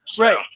Right